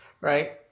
right